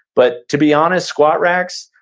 but to be honest, squat racks,